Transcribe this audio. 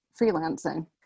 freelancing